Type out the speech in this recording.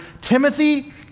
Timothy